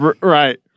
Right